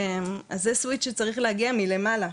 אז זה סוויצ' שצריך להגיע מלמעלה.